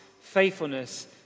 faithfulness